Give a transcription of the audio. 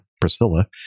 Priscilla